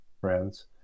friends